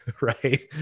Right